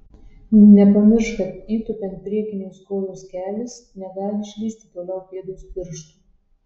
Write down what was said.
nepamiršk kad įtūpiant priekinės kojos kelis negali išlįsti toliau pėdos pirštų